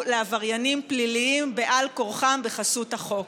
לעבריינים פליליים בעל כורחם בחסות החוק.